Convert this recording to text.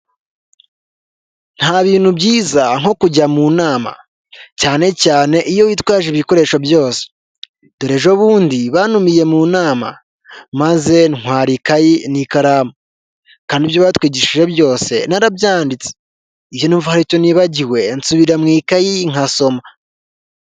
Nta bintu byiza nko kujya mu nama cyane cyane iyo witwaje ibikoresho byose, dore ejobundi bantumiye mu nama maze ntwara ikayi n'ikaramu kandi ibyo batwigishije byose narabyanditse, iyo numva hari icyo nibagiwe nsubira mu ikayi nkasoma.